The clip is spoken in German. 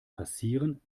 passieren